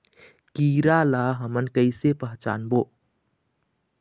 कीरा ला हमन कइसे पहचानबो?